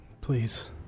Please